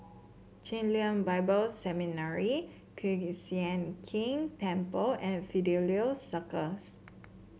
Chen Lien Bible Seminary Kiew Sian King Temple and Fidelio Circus